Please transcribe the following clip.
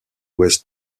ouest